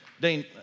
Dane